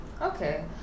Okay